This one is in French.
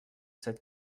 cette